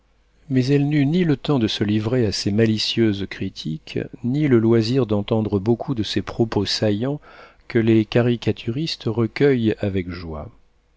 mais elle n'eut ni le temps de se livrer à ses malicieuses critiques ni le loisir d'entendre beaucoup de ces propos saillants que les caricaturistes recueillent avec joie